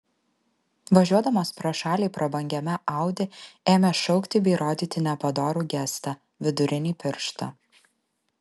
važiuodamas pro šalį prabangiame audi ėmė šaukti bei rodyti nepadorų gestą vidurinį pirštą